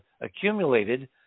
accumulated